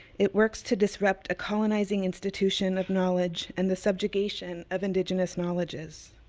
it works to disrupt a colonizing institution of knowledge and the subjugation of indigenous knowledges.